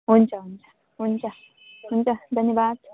हुन्छ हुन्छ हुन्छ हुन्छ धन्यवाद